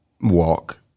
walk